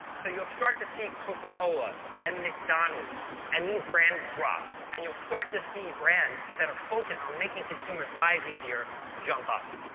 so you'll start to see coca-cola and mcdonald's and these brands drop and you'll start to see brands that are focused on making consumers lives easier jump up.